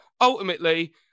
ultimately